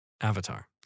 Avatar